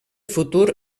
futur